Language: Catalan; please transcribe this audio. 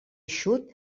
eixut